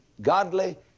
godly